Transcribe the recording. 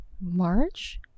March